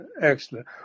Excellent